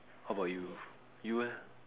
how about you you eh